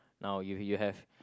now you you have